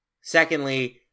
Secondly